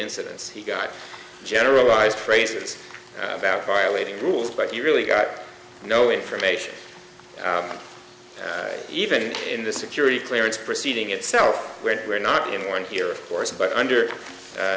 incidents he got generalized phrases about violating rules but you really got no information even in the security clearance proceeding itself where we're not anyone here of course but under